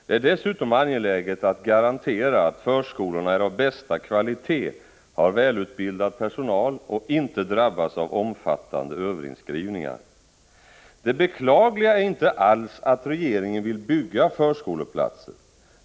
Det är dessutom angeläget att garantera att förskolorna är av bästa kvalitet, har välutbildad personal och inte drabbas av omfattande överinskrivningar. Det beklagliga är inte alls att regeringen vill bygga förskoleplatser.